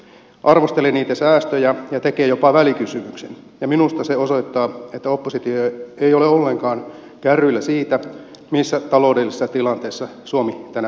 arvostelee niitä säästöjä ja tekee jopa välikysymyksen ja minusta se osoittaa että oppositio ei ole ollenkaan kärryillä siitä missä taloudellisessa tilanteessa suomi tänä päivänä on